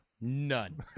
None